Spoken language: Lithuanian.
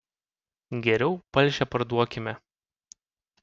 geriau palšę parduokime